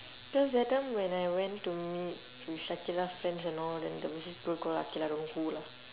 cause the other time when I went to meet with shakirah friends and all then there was this girl call aqilah with her lah